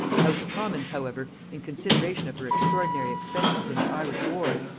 the house of commons however, in consideration of her extraordinary expenses in the irish wars,